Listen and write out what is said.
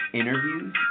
interviews